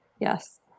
Yes